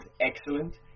excellent